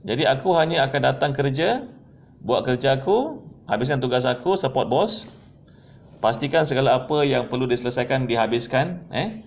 jadi aku hanya akan datang kerja buat kerja aku habiskan tugas aku support boss pastikan segala apa yang perlu diselesaikan dihabiskan eh